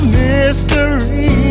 mystery